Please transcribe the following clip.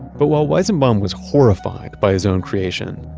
but while weizenbaum was horrified by his own creation,